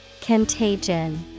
Contagion